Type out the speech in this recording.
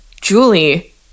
Julie